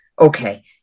okay